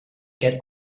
get